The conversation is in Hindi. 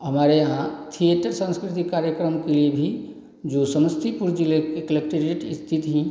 हमारे यहाँ थियेटर संस्कृति कार्यक्रम के लिए भी जो समस्तीपुर जिले के कलेक्ट्रेट स्थित है